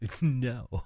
No